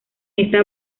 esta